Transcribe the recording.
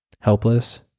helpless